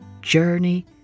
journey